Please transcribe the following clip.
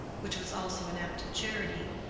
which was also an act of charity,